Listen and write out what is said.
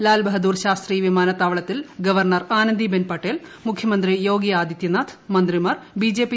ലാൽബഹദൂർശാസ്ത്രി വിമാനത്താവളത്തിൽ ഗവർണർ ആനന്ദിവ്ബൻ പട്ടേൽ മുഖ്യമന്ത്രി യോഗി ആദിത്യനാഥ് മന്ത്രിമാർ ബ്യിട്ട്ജ്പി